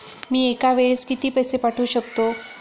मी एका वेळेस किती पैसे पाठवू शकतो?